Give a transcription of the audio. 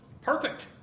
perfect